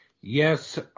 yes